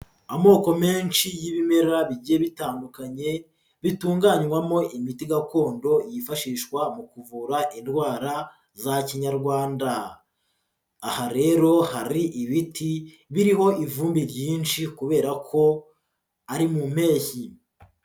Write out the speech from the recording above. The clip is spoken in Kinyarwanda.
Amoko menshi y'ibimera bigiye bitandukanye, bitunganywamo imiti gakondo yifashishwa mu kuvura indwara za Kinyarwanda, aha rero hari ibiti biriho ivumbi ryinshi kubera ko ari mu mpeshyi.